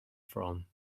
from